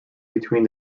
between